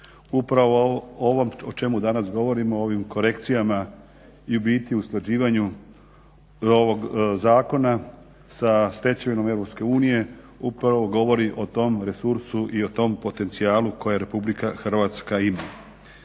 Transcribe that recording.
Upravo ovo o čemu danas govorimo u ovim korekcijama i u biti usklađivanju ovog zakona sa stečevinom EU upravo govori o tom resursu i o tom potencijalu koje RH ima. Hrvatska je